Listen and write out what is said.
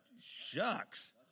shucks